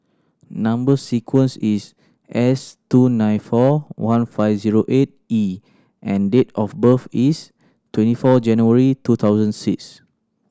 number sequence is S two nine four one five zero eight E and date of birth is twenty four January two thousand six